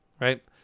right